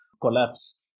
collapse